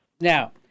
Now